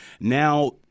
now